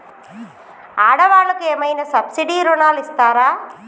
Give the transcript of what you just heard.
ఆడ వాళ్ళకు ఏమైనా సబ్సిడీ రుణాలు ఇస్తారా?